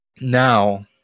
Now